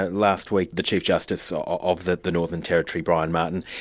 ah last week the chief justice sort of the the northern territory, brian martin,